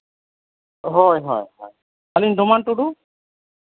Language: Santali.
ᱦᱳᱭ ᱦᱳᱭ ᱟᱹᱞᱤᱧ ᱰᱚᱢᱟᱱ ᱴᱩᱰᱩ